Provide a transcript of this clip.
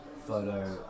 Photo